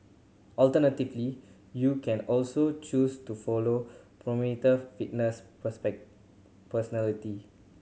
alternatively you can also choose to follow prominent fitness personality